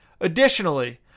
Additionally